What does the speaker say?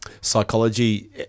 psychology